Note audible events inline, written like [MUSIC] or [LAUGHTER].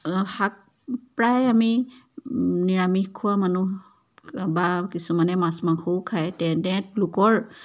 শাক প্ৰায় আমি নিৰামিষ খোৱা মানুহ বা কিছুমানে মাছ মাংসও খায় [UNINTELLIGIBLE] তেহেঁতলোকৰ